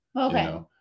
Okay